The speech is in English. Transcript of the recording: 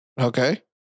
Okay